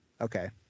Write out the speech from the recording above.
Okay